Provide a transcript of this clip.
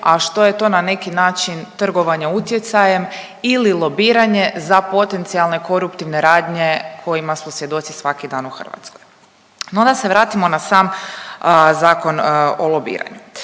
a što je to na neki način trgovanje utjecajem ili lobiranje za potencijalne koruptivne radnje kojima smo svjedoci svaki dan u Hrvatskoj. No da se vratimo na sam Zakon o lobiranju.